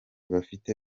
bafite